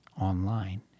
online